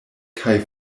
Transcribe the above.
kaj